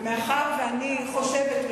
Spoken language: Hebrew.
מאחר שאני חושבת,